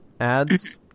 ads